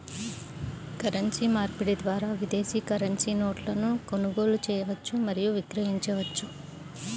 currency మార్పిడి ద్వారా విదేశీ కరెన్సీ నోట్లను కొనుగోలు చేయవచ్చు మరియు విక్రయించవచ్చు